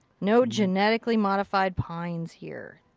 no genetically modified pines here.